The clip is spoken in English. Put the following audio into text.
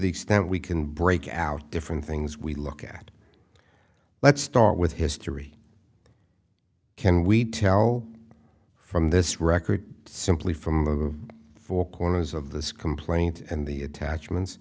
the extent we can break out different things we look at let's start with history can we tell from this record simply from the four corners of the screenplay and the attachments